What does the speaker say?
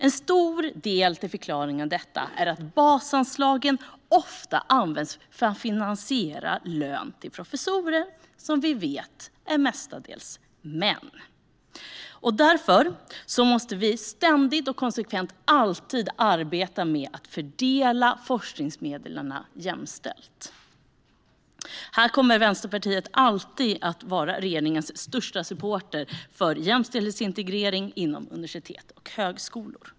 En stor del av förklaringen till detta är att basanslagen ofta används för att finansiera lön till professorer - mestadels män, som vi vet. Därför måste vi ständigt och konsekvent alltid arbeta med att fördela forskningsmedlen jämställt. Här kommer Vänsterpartiet alltid att vara regeringens största supporter för jämställdhetsintegrering inom universitet och högskolor.